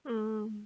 mm